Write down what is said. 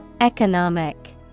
Economic